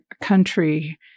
country